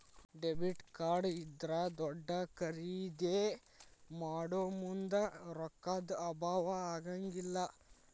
debit card ಇದ್ರಾ ದೊಡ್ದ ಖರಿದೇ ಮಾಡೊಮುಂದ್ ರೊಕ್ಕಾ ದ್ ಅಭಾವಾ ಆಗಂಗಿಲ್ಲ್